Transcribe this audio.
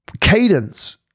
cadence